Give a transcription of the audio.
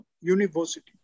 university